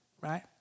right